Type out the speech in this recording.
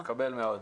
מקבל מאוד.